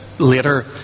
later